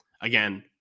again